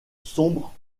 sombre